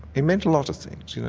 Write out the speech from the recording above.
he meant a lot of things, you know,